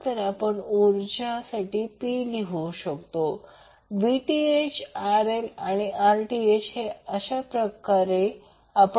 तर आपण ऊर्जा P लिहू शकतो Vth RL आणि Rth अशाप्रकारे याप्रमाणे